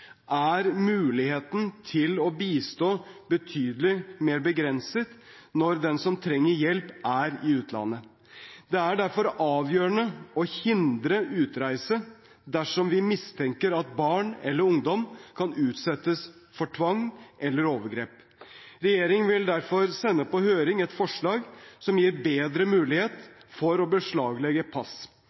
er muligheten til å bistå betydelig mer begrenset når den som trenger hjelp, er i utlandet. Det er derfor avgjørende å hindre utreise dersom vi mistenker at barn eller ungdom kan utsettes for tvang eller overgrep. Regjeringen vil derfor sende på høring et forslag som gir bedre mulighet for å beslaglegge pass